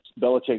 Belichick